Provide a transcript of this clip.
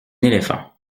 éléphant